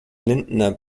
lindner